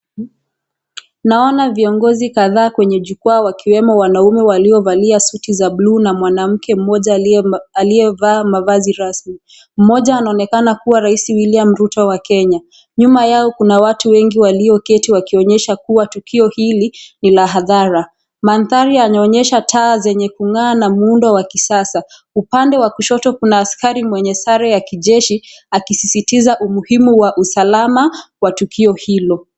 Naona viongozi kadhaaa kwenye jukua wakiwemo wanaume waliovalia suti za blue na mwanamke mmoja aliyevaa mavazi rasmi , mmoja anaonekana kuwa raisi William Ruto wa Kenya. Nyuma yao kuna watu wengi walioketi wakionyesha kuwa tukio hili ni la hadhara. Mandhari yanaonyesha taa zenye kung'aa na muundo wa kisasa . Upande wa kushoto kuna askari mwenye sare ya kijeshi akisisitiza umuhimu wa usalama kwa tukio hilo.